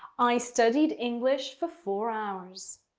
i studied english for four hours